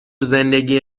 زندگی